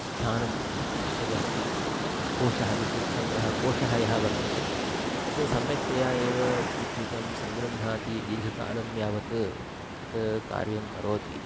स्थानं यदस्ति कोशः विद्युत्सङ्ग्रहकोषः यः वर्तते तत् सम्यक्तया एव विद्युतं सङ्गृह्णाति दीर्घकालं यावत्कार्यं यत् कार्यं करोति